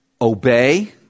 Obey